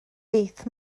beth